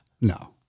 No